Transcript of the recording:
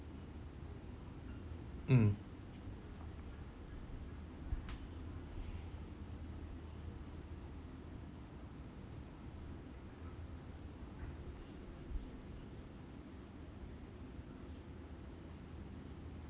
mm